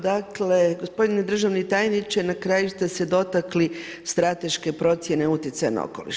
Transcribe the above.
Dakle gospodine državni tajniče na kraju ste se dotakli strateške procjene utjecaja na okoliš.